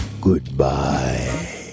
goodbye